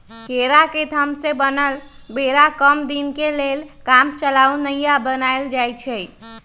केरा के थम से बनल बेरा कम दीनके लेल कामचलाउ नइया बनाएल जाइछइ